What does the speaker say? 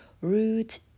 root